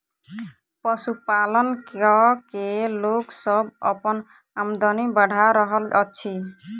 पशुपालन क के लोक सभ अपन आमदनी बढ़ा रहल अछि